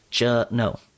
no